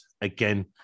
again